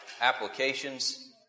applications